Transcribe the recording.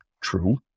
true